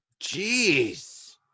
Jeez